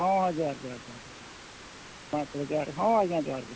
ᱦᱚᱸ ᱡᱚᱦᱟᱨ ᱡᱚᱦᱟᱨ ᱡᱚᱦᱟᱨ ᱢᱟ ᱢᱟ ᱛᱚᱵᱮ ᱡᱚᱦᱟᱨ ᱦᱚᱸ ᱡᱚᱦᱟᱨ ᱜᱮ